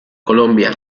colombia